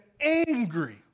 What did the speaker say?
angry